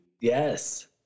yes